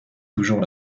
toujours